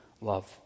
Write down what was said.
love